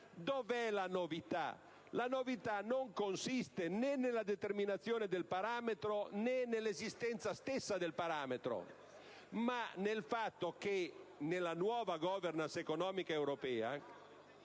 allora la novità? La novità non consiste né nella determinazione del parametro né nell'esistenza stessa del parametro, ma nel fatto che, nella nuova *governance* economica europea,